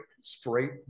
straight